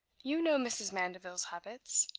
you know mrs. mandeville's habits.